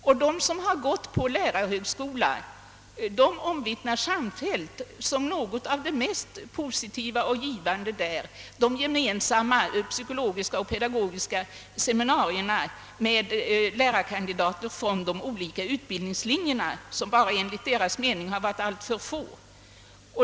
De som har gått på lärarhögskola omvittnar samfällt att något av det mest positiva och givande där var de gemensamma psykologiska och pedagogiska seminarierna med lärarkandidater från de olika utbildningslinjerna som dock enligt deras mening varit alltför få.